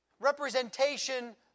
...representation